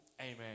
Amen